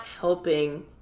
helping